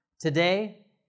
Today